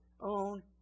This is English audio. own